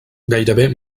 gairebé